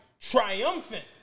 triumphant